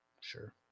Sure